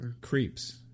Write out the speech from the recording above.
creeps